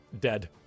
dead